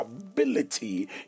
Ability